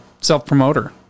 Self-promoter